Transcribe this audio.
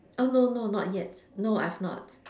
oh no no not yet no I've not